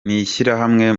n’ishyirahamwe